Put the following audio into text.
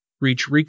reach